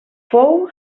fou